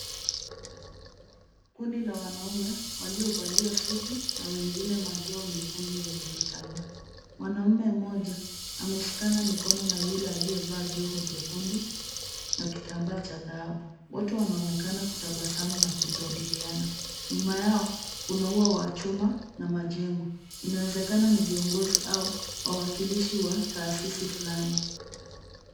Kundi la wanaume waliovalia suti na wengine majoho mekundu yenye vitambaa. Mwanaume mmoja ameshikana mikono na yule aliyevaa joho jekundu na kitambaa cha dhahabu. Wote wanaonekana kutabasamu na kujadiliana. Nyuma yao kuna ua wa chuma na majengo. Inawezekana ni viongozi au wawakilishi wa taasisi fulani.